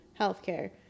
healthcare